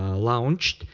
launched,